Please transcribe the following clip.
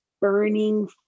burning